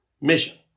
mission